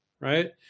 right